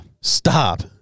Stop